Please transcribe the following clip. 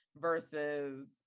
versus